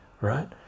right